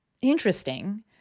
interesting